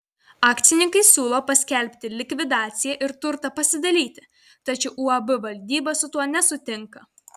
akcininkai siūlo paskelbti likvidaciją ir turtą pasidalyti tačiau uab valdyba su tuo nesutinka